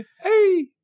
Hey